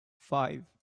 five